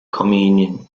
communion